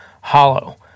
Hollow